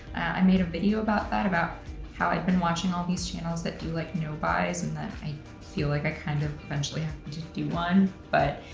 i made a video about that, about how i'd been watching all these channels that do like no-buys, and that i feel like i kind of eventually have to do one, but,